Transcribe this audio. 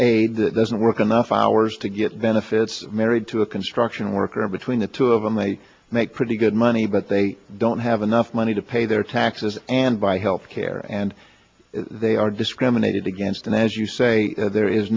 aid that doesn't work enough hours to get benefits married to a construction worker between the two of them they make pretty good money but they don't have enough money to pay their taxes and buy health care and they are discriminated against and as you say there is